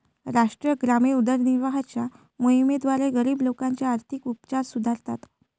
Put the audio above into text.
राष्ट्रीय ग्रामीण उदरनिर्वाहाच्या मोहिमेद्वारे, गरीब लोकांचे आर्थिक उपचार सुधारतात